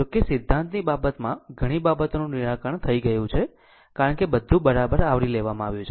જો કે સિદ્ધાંતની બાબતમાં ઘણી બાબતોનું નિરાકણ થઇ ગયું છે કારણ કે બધું બરાબર આવરી લેવામાં આવ્યું છે